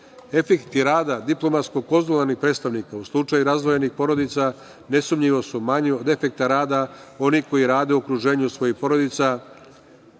Efekti rada diplomatsko-konzularnih predstavnika u slučaju razdvojenih porodica nesumnjivo su manji od efekta rada onih koji rade u okruženju svojih porodica. Osnovni